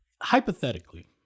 Hypothetically